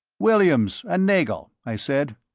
williams and nagle, i said,